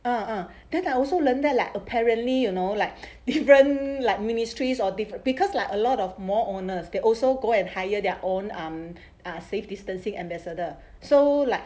uh uh then I also learned that like apparently you know like different like ministries or different because like a lot of mall owners can also go and hire their own um err safe distancing ambassador so like